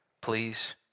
please